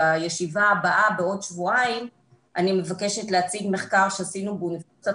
בישיבה הבאה בעוד שבועיים אני מבקשת להציג מחקר שעשינו באוניברסיטת